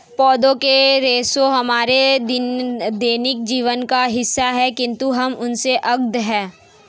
पौधों के रेशे हमारे दैनिक जीवन का हिस्सा है, किंतु हम उनसे अज्ञात हैं